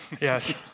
Yes